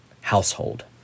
household